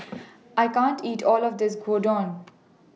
I can't eat All of This Gyudon